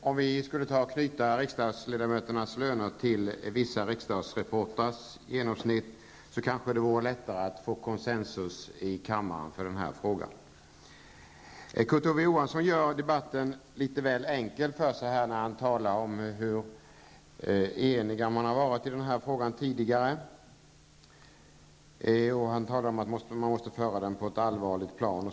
Herr talman! Om riksdagsledamöternas löner skulle knytas till vissa riksdagsreportrars genomsnittslöner, vore det kanske lättare att uppnå konsensus i kammaren när det gäller den här frågan. Kurt Ove Johansson gör det litet väl enkelt för sig i debatten, när han talar om hur enig man tidigare har varit. Han sade att man måste föra diskussionen på ett allvarligt plan.